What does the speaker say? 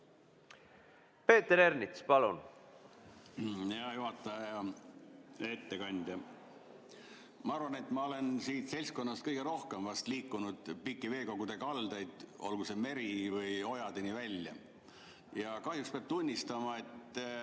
Peeter Ernits, palun!